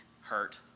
hurt